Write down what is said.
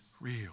real